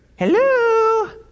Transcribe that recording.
Hello